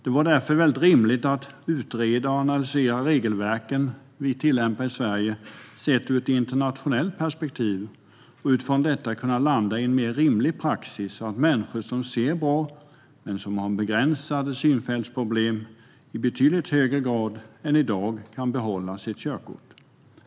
Det vore därför väldigt rimligt att utreda och analysera de regelverk vi tillämpar i Sverige sett ur ett internationellt perspektiv och utifrån detta kunna landa i en mer rimlig praxis så att människor som ser bra men som har begränsade synfältsproblem i betydligt högre grad än i dag kan behålla sitt körkort.